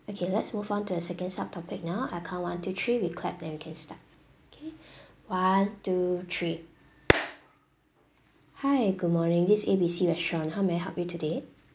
okay let's move on to the second sub topic now I count one two three we clap then we can start okay one two three hi good morning this is A B C restaurant how may I help you today